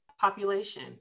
population